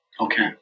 Okay